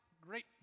great